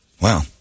Wow